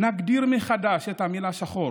נגדיר מחדש את המילה "שחור",